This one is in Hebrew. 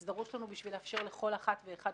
זה דרוש לנו בשביל לאפשר לכל אחת ואחד